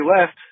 left